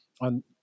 on